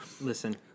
Listen